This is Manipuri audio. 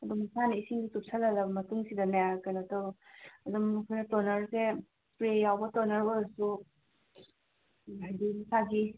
ꯑꯗꯨꯝ ꯏꯁꯥꯅ ꯏꯁꯤꯡ ꯆꯨꯞꯁꯤꯜ ꯍꯜꯂꯕ ꯃꯇꯨꯡꯁꯤꯗꯅꯦ ꯀꯩꯅꯣ ꯇꯧ ꯑꯗꯨꯝ ꯇꯣꯅꯔꯁꯦ ꯏꯁꯄ꯭ꯔꯦ ꯌꯥꯎꯕ ꯇꯣꯅꯔ ꯑꯣꯏꯔꯁꯨ ꯍꯥꯏꯗꯤ ꯃꯁꯥꯒꯤ